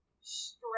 straight